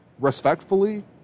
Respectfully